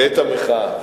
ואת המחאה.